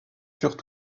furent